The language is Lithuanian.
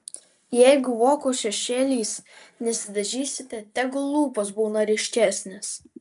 jeigu vokų šešėliais nesidažysite tegul lūpos būna ryškesnės